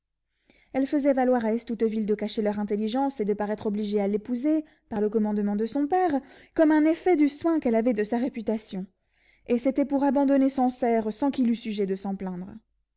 elle faisait valoir à estouteville de cacher leur intelligence et de paraître obligée à l'épouser par le commandement de son père comme un effet du soin qu'elle avait de sa réputation et c'était pour abandonner sancerre sans qu'il eût sujet de s'en plaindre